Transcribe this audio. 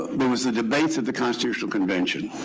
but was the debates at the constitutional convention,